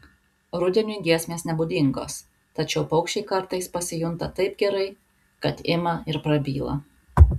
rudeniui giesmės nebūdingos tačiau paukščiai kartais pasijunta taip gerai kad ima ir prabyla